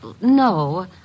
No